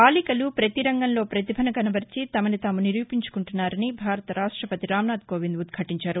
బాలికలు ప్రతీరంగంలో ప్రతిభను కనబరిచి తమని తాము నిరూపించుకుంటున్నారని భారత రాష్టపతి రామ్నాథ్ కోవింద్ ఉద్భాటించారు